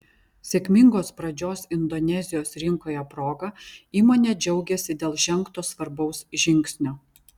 sėkmingos pradžios indonezijos rinkoje proga įmonė džiaugiasi dėl žengto svarbaus žingsnio